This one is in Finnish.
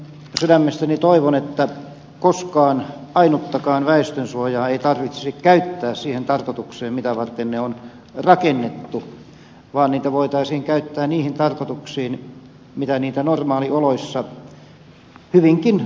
sydämestäni toivon että koskaan ainuttakaan väestönsuojaa ei tarvitsisi käyttää siihen tarkoitukseen mitä varten ne on rakennettu vaan että niitä voitaisiin käyttää niihin tarkoituksiin mihin niitä normaalioloissa hyvinkin hyödynnetään